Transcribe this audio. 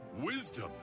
wisdom